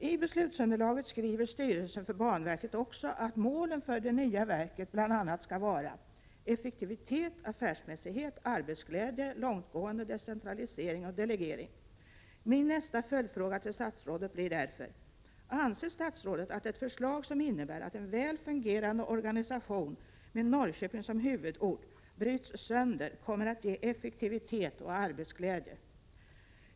I beslutsunderlaget skriver styrelsen för banverket också att målen för det nya verket bl.a. skall vara effektivitet, affärsmässighet, arbetsglädje, långtgående decentralisering och delegering. Min nästa följdfråga till statsrådet blir därför: Anser statsrådet att det förslag som innebär att en väl fungerande organisation med Norrköping som huvudort bryts sönder kommer att ge effektivitet och arbetsglädje?